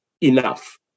enough